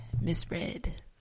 misread